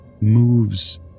moves